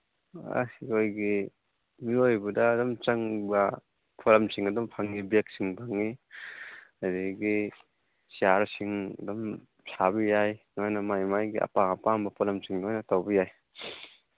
ꯑꯁ ꯑꯩꯈꯣꯏꯒꯤ ꯃꯤꯑꯣꯏꯕꯗ ꯑꯗꯨꯝ ꯆꯪꯕ ꯄꯣꯠꯂꯝꯁꯤꯡ ꯑꯗꯨꯝ ꯐꯪꯉꯤ ꯕꯦꯒꯁꯤꯡ ꯐꯪꯉꯤ ꯑꯗꯒꯤ ꯆꯤꯌꯥꯔꯁꯤꯡ ꯑꯗꯨꯝ ꯁꯥꯕ ꯌꯥꯏ ꯂꯣꯏꯅ ꯃꯥ ꯃꯥꯒꯤ ꯑꯄꯥꯝ ꯑꯄꯥꯝꯕ ꯄꯣꯠꯂꯝꯁꯤꯡ ꯂꯣꯏꯅ ꯇꯧꯕ ꯌꯥꯏ